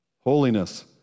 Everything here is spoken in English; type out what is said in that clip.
Holiness